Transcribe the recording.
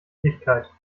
ewigkeit